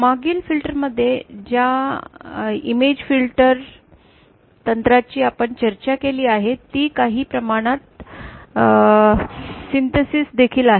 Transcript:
मागील फिल्टरमध्ये ज्या इमिज फिल्टर तंत्रांची आपण चर्चा केली आहे ती काही प्रमाणात संश्लेषण देखील आहेत